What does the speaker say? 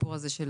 הסיפור הזה של